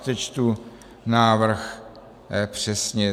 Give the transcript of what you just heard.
Přečtu návrh přesně.